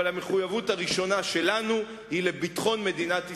אבל המחויבות הראשונה שלנו היא לביטחון מדינת ישראל.